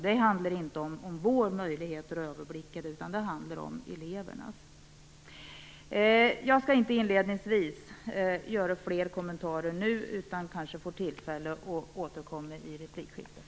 Det handlar inte om vår möjlighet att överblicka, utan det handlar om elevernas möjlighet att göra det. Jag skall inte nu inledningsvis göra fler kommentarer. Jag kanske får tillfälle att återkomma i replikskiftet.